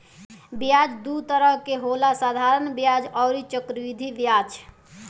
ब्याज दू तरह के होला साधारण ब्याज अउरी चक्रवृद्धि ब्याज